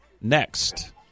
next